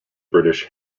british